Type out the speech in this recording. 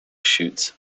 shoots